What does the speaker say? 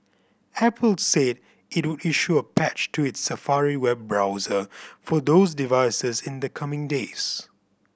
apple said it would issue a patch to its Safari web browser for those devices in the coming days